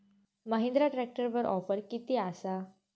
महिंद्रा ट्रॅकटरवर ऑफर किती आसा?